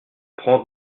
prends